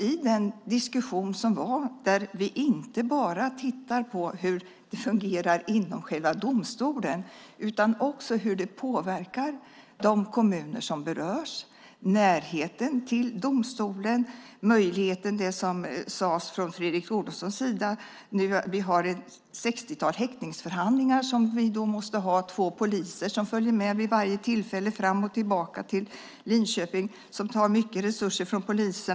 I den diskussion som var tittade vi inte bara på hur det fungerar inom själva domstolen utan också på hur det påverkar de kommuner som berörs och närheten till domstolen. Fredrik Olovsson nämnde detta. Vi har ett 60-tal häktningsförhandlingar, och två poliser måste vid varje tillfälle följa med fram och tillbaka till Linköping. Det tar mycket resurser från polisen.